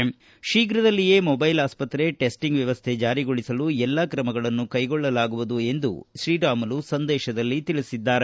ಈ ಸಮಯದಲ್ಲಿ ಶೀಘ್ರದಲ್ಲಿಯೇ ಮೊಬೈಲ್ ಆಸ್ಪತ್ರೆ ಟ್ಟಿಂಗ್ ವ್ಯವಸ್ಥೆ ಜಾರಿಗೊಳಿಸಲು ಎಲ್ಲಾ ತ್ರಮಗಳನ್ನು ಕೈಗೊಳ್ಳಲಾಗುವುದು ಎಂದು ಸಂದೇಶದಲ್ಲಿ ತಿಳಿಸಿದ್ದಾರೆ